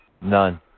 None